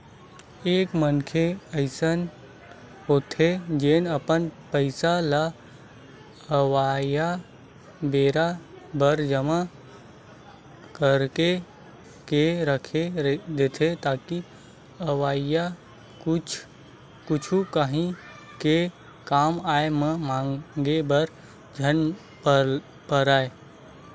एक मनखे अइसन होथे जेन अपन पइसा ल अवइया बेरा बर जमा करके के रख देथे ताकि अवइया कुछु काही के कामआय म मांगे बर झन परय